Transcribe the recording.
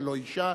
ולא אשה.